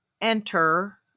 enter